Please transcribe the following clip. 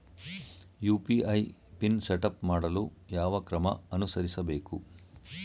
UPI PIN setup ಮಾಡಲು ಯಾವ ಕ್ರಮ ಅನುಸರಿಸಬೇಕು?